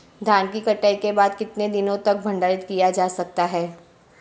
धान की कटाई के बाद कितने दिनों तक भंडारित किया जा सकता है?